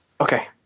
okay